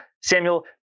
Samuel